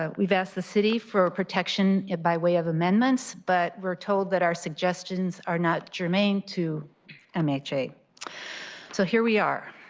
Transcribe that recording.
ah we've asked the city for protection by way of amendments. but we are told that our suggestions are not germane to um mha. so, here we are.